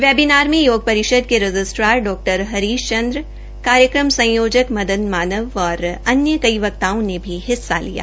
webinar में योग परिषद के रजिस्ट्रार डॉ हरीश चन्द्र कार्यक्रम संयोजक मदन मानव और अन्य कई वक्ताओं ने भी भाग लिया